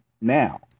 now